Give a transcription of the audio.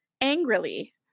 angrily